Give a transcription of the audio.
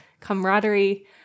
camaraderie